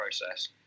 process